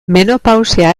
menopausia